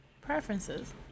Preferences